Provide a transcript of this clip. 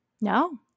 no